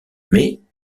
mais